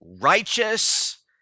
righteous